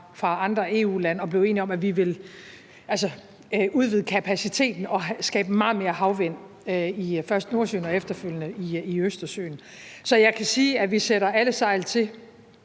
fra andre EU-lande, og vi blev enige om, at vi ville udvide kapaciteten og skabe meget mere havvindenergi i først Nordsøen og efterfølgende i Østersøen. Så jeg kan sige, at vi sætter alle sejl til